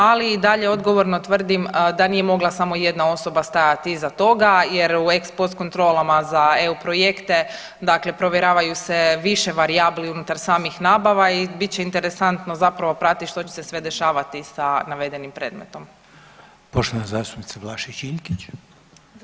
Ali i dalje odgovorno tvrdim da nije mogla samo jedna osoba stajati iza toga jer u ex post kontrolama za EU projekte dakle provjeravaju se više varijabli unutar samih nabava i bit će interesantno zapravo pratiti što će se sve dešavati sa navedenim predmetom.